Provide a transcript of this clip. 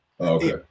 Okay